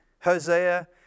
Hosea